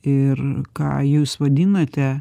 ir ką jūs vadinate